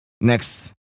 Next